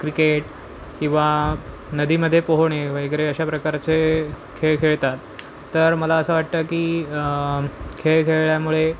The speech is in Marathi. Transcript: क्रिकेट किंवा नदीमध्ये पोहणे वगैरे अशा प्रकारचे खेळ खेळतात तर मला असं वाटतं की खेळ खेळल्यामुळे